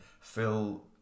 Phil